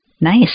Nice